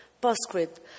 Postscript